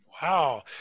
Wow